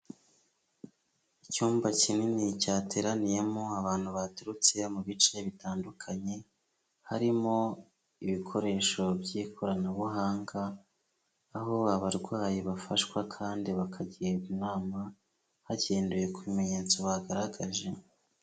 Icyumba kinini cyateraniyemo abantu baturutse mu bice bitandukanye, harimo ibikoresho by'ikoranabuhanga, aho abarwayi bafashwa kandi bakagirwa inama, hagendewe ku bimenyetso bagaragaje.